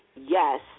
Yes